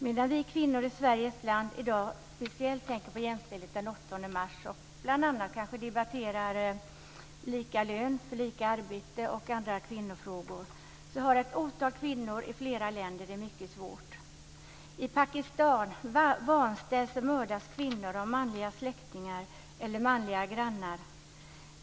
Medan vi kvinnor i Sveriges land i dag speciellt tänker på jämställdhet den 8 mars och bl.a. kanske debatterar lika lön för lika arbete och andra kvinnofrågor så har ett otal kvinnor i flera länder det mycket svårt. I Pakistan vanställs och mördas kvinnor av manliga släktingar eller manliga grannar.